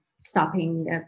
stopping